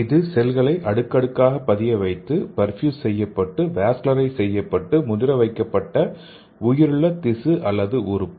இது செல்களை அடுக்கடுக்காக படிய வைத்து பர்ஃப்யூஸ் செய்யப்பட்டு வாஸ்குலரைஸ் செய்யப்பட்டு முதிர வைக்கப்பட்ட உயிருள்ள திசு அல்லது உறுப்பு